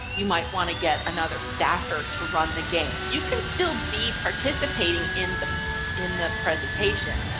you might want to get another staffer to run the game. you can still be participating in the in the presentation,